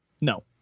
No